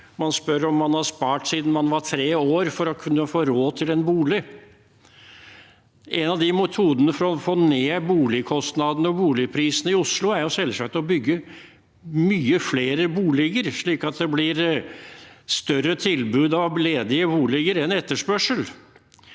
man spør om man har spart siden man var tre år for å kunne få råd til en bolig. En av metodene for å få ned boligkostnadene og boligprisene i Oslo er selvsagt å bygge mange flere boliger, slik at det blir et større tilbud av ledige boliger enn det er etterspørsel.